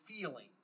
feeling